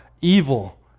evil